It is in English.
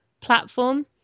platform